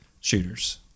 Shooters